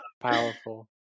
Powerful